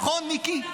נכון, מיקי?